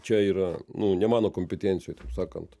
čia yra ne mano kompetencijoj taip sakant